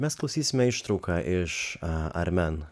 mes klausysime ištrauką iš armen